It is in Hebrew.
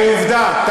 בעובדה,